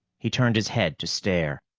he turned his head to stare.